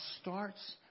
starts